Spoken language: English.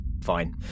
Fine